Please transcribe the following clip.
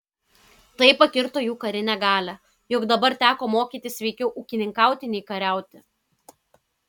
tai pakirto jų karinę galią juk dabar teko mokytis veikiau ūkininkauti nei kariauti